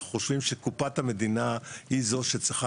אנחנו חושבים שקופת המדינה היא זו שצריכה